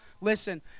Listen